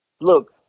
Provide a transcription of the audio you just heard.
look